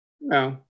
No